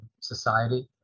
society